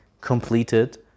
completed